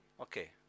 Okay